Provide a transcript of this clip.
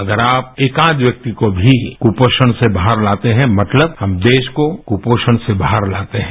अगर आप एकाध व्यक्ति को भी कुपोषण से बाहर लाते हैं मतलब हम देश को कुपोषण से बाहर लाते हैं